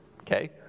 Okay